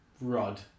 Rod